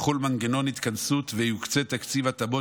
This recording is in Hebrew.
יחול מנגנון התכנסות ויוקצה תקציב התאמות